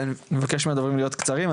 רק אבקש מהדוברים הבאים להיות יותר קצרים,